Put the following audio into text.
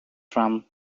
from